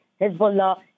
Hezbollah